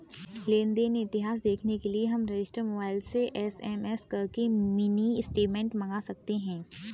लेन देन इतिहास देखने के लिए हम रजिस्टर मोबाइल से एस.एम.एस करके मिनी स्टेटमेंट मंगा सकते है